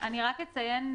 רק אציין,